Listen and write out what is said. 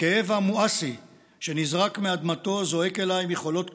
כאב המואסי שנזרק מאדמתו זועק אליי מחולות קטיף.